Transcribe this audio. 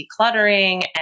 decluttering